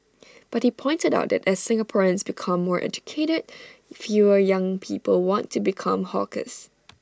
but he pointed out that as Singaporeans become more educated fewer young people want to become hawkers